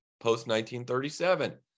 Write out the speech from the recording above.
post-1937